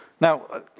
Now